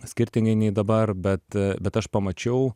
skirtingai nei dabar bet bet aš pamačiau